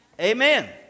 Amen